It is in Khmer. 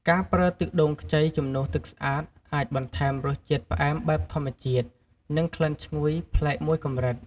ការប្រើទឹកដូងខ្ចីជំនួសទឹកស្អាត អាចបន្ថែមរសជាតិផ្អែមបែបធម្មជាតិ និងក្លិនឈ្ងុយប្លែកមួយកម្រិត។